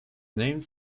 named